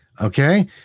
okay